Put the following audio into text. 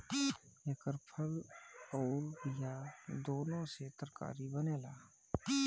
एकर फल अउर बिया दूनो से तरकारी बनेला